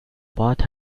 brought